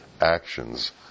actions